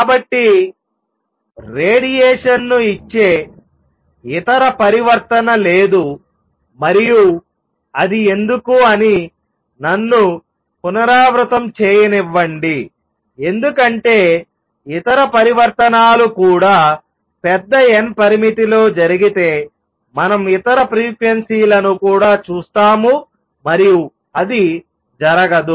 కాబట్టి రేడియేషన్ను ఇచ్చే ఇతర పరివర్తన లేదు మరియు అది ఎందుకు అని నన్ను పునరావృతం చేయనివ్వండి ఎందుకంటే ఇతర పరివర్తనాలు కూడా పెద్ద n పరిమితిలో జరిగితే మనం ఇతర ఫ్రీక్వెన్సీలను కూడా చూస్తాము మరియు అది జరగదు